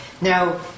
Now